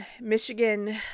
Michigan